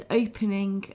opening